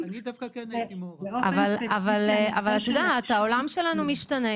אבל העולם שלנו משתנה,